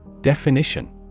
Definition